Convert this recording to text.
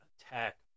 attack